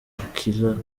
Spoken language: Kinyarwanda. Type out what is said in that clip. akilah